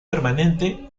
permanente